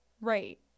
right